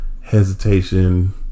hesitation